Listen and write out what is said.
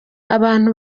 abantu